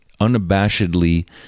unabashedly